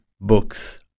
books